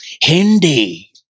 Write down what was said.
Hindi